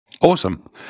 Awesome